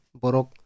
borok